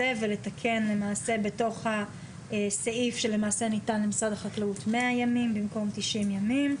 ולתקן למעשה בתוך הסעיף שניתן למשרד החקלאות 100 ימים במקום 90 ימים.